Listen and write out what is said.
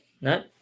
no